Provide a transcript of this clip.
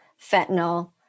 fentanyl